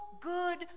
good